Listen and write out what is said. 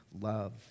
love